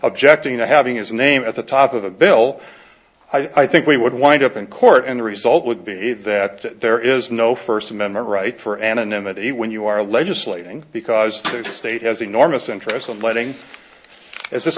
objecting to having his name at the top of the bill i think we would wind up in court and the result would be that there is no first amendment right for anonymity when you are legislating because to the state has enormous interest in letting as this